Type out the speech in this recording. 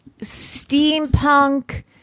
steampunk